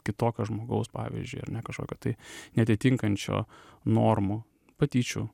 kitokio žmogaus pavyzdžiui ar ne kažkokio tai neatitinkančio normų patyčių